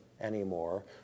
anymore